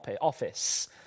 office